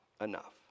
enough